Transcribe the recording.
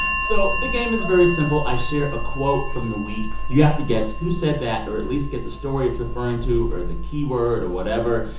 so the game is very simple. i share a quote from the week. you have to guess who said that or at least get the story it's referring to or the key word or whatever.